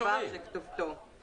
אני רוצה לומר מה שהזכרתי